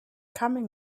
coming